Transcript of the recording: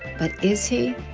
but is he?